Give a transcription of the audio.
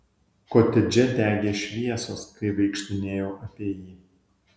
kotedže degė šviesos kai vaikštinėjau apie jį